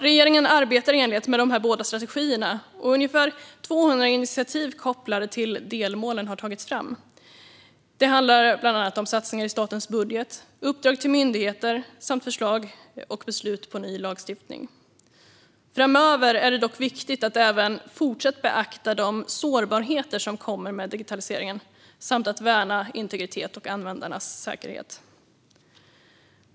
Regeringen arbetar i enlighet med dessa båda strategier, och ungefär 200 initiativ kopplade till delmålen har tagits fram. Det handlar bland annat om satsningar i statens budget, uppdrag till myndigheter samt förslag och beslut om ny lagstiftning. Det är dock viktigt att även fortsättningsvis beakta de sårbarheter som kommer med digitaliseringen samt att värna integritet och användarnas säkerhet.